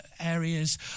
areas